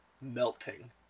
melting